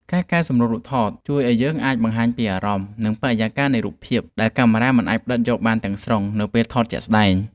ការកែសម្រួលរូបថតជួយឱ្យយើងអាចបង្ហាញពីអារម្មណ៍ និងបរិយាកាសនៃរូបភាពដែលកាមេរ៉ាមិនអាចផ្ដិតយកបានទាំងស្រុងនៅពេលថតជាក់ស្តែង។